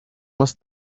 más